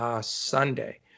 Sunday